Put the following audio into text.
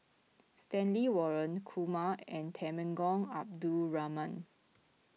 Stanley Warren Kumar and Temenggong Abdul Rahman